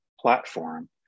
Platform